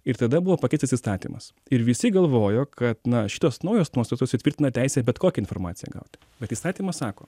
ir tada buvo pakeistas įstatymas ir visi galvojo kad na šitos naujos nuostatos įtvirtina teisę bet kokią informaciją gauti bet įstatymas sako